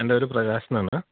എൻ്റെ പേര് പ്രകാശൻ എന്നാണ്